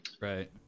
Right